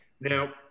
Now